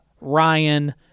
Ryan